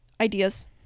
ideas